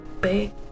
big